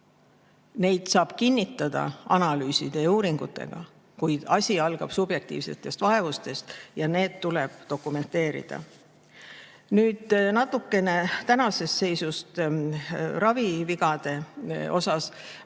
Neid saab kinnitada analüüside ja uuringutega, kuid asi algab subjektiivsetest vaevustest ja need tuleb dokumenteerida. Nüüd natukene tänasest seisust ravivigadega